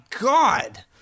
God